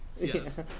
yes